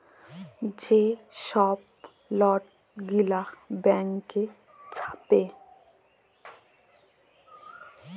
যে ছব লট গিলা ব্যাংক ছাপে